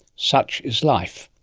such is life.